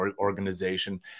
organization